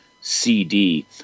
CD